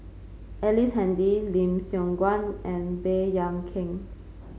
Ellice Handy Lim Siong Guan and Baey Yam Keng